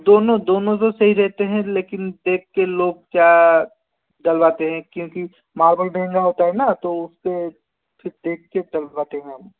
दोनों दोनों तो सही रहते हैं लेकिन देख के लोग क्या डलवाते हैं क्योंकि मार्बल महंगा होता है ना तो उसे फिर देख के डलवाते हैं